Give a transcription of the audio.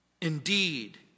indeed